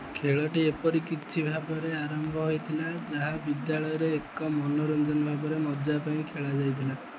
ଖେଳଟି ଏପରି କିଛି ଭାବରେ ଆରମ୍ଭ ହୋଇଥିଲା ଯାହା ବିଦ୍ୟାଳୟରେ ଏକ ମନୋରଞ୍ଜନ ଭାବରେ ମଜା ପାଇଁ ଖେଳାଯାଇଥିଲା